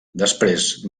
després